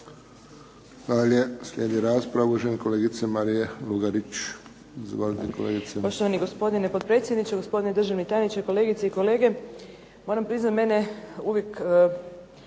Dalje slijedi raspravu uvažena kolegica Marija Lugarić. Izvolite kolegice.